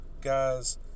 guys